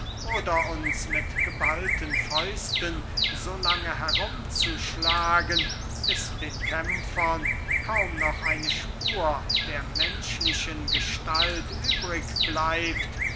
oder uns mit geballten fäusten so lange herum zu schlagen bis den kämpfern kaum noch eine spur der menschlichen gestalt übrig bleibt